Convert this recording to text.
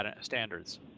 standards